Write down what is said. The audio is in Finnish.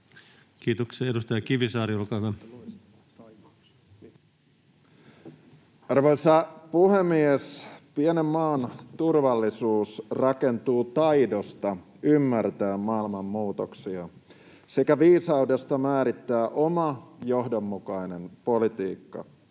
tilanteesta Time: 16:21 Content: Arvoisa puhemies! Pienen maan turvallisuus rakentuu taidosta ymmärtää maailman muutoksia sekä viisaudesta määrittää oma johdonmukainen politiikka.